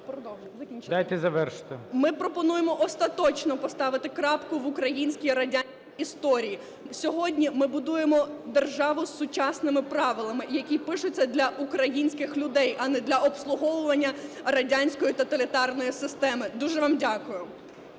Ми пропонуємо остаточно поставити крапку в українській радянській історії. Сьогодні ми будуємо державу з сучасними правилами, які пишуться для українських людей, а не для обслуговування радянської тоталітарної системи. Дуже вам дякую.